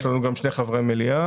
יש לנו גם שני חברי מליאה.